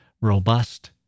robust